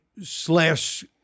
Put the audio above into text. slash